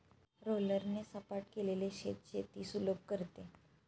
रोलरने सपाट केलेले शेत शेती सुलभ करते